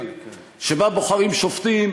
שבה בוחרים שופטים